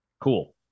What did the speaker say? Cool